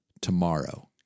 tomorrow